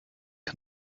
and